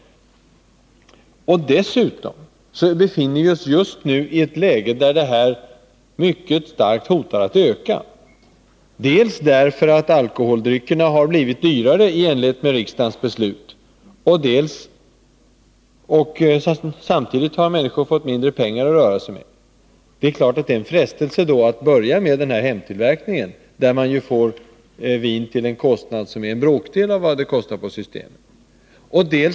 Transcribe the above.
Dessutom befinner vi oss just nu i ett läge där denna vintillverkning hotar att starkt öka. En anledning till det är att alkoholdryckerna i enlighet med riksdagens beslut har blivit dyrare medan människorna samtidigt har fått mindre pengar att röra sig med. Det är naturligtvis då frestande att börja med denna hemtillverkning, där man får vin till en bråkdel av vad det kostar på Systembolaget.